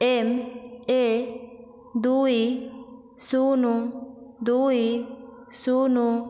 M A ଦୁଇ ଶୂନ ଦୁଇ ଶୂନ